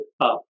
up